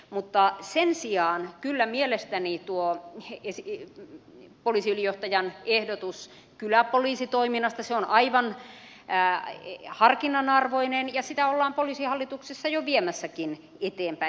mutta sen sijaan tuo poliisiylijohtajan ehdotus kyläpoliisitoiminnasta on mielestäni kyllä aivan harkinnan arvoinen ja sitä ollaan poliisihallituksessa jo viemässäkin eteenpäin